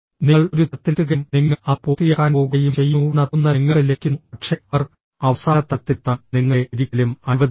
നിങ്ങൾ ഒരു തലത്തിലെത്തുകയും നിങ്ങൾ അത് പൂർത്തിയാക്കാൻ പോകുകയും ചെയ്യുന്നുവെന്ന തോന്നൽ നിങ്ങൾക്ക് ലഭിക്കുന്നു പക്ഷേ അവർ അവസാന തലത്തിലെത്താൻ നിങ്ങളെ ഒരിക്കലും അനുവദിക്കില്ല